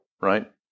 right